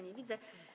Nie widzę.